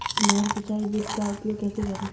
नहर सिंचाई विधि का उपयोग कैसे करें?